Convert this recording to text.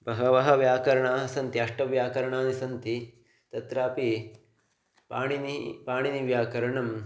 बहूनि व्याकरणानि सन्ति अष्टव्याकरणानि सन्ति तत्रापि पाणिनेः पाणिनिव्याकरणम्